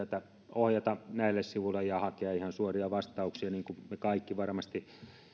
ohjata näille sivuille ja yrittänyt hakea ihan suoria vastauksia niin kuin me kaikki varmasti